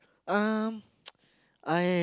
um I